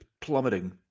plummeting